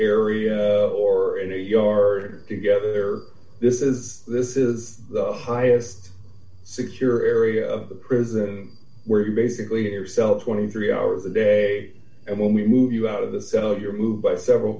area or in a yard together this is this is the highest secure area of the prison we're basically yourself twenty three hours a day and when we move you out of the cell you're moved by several